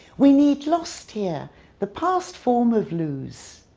we need lost here the past form of lose.